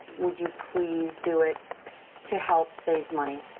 would you please do it to help save money?